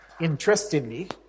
interestingly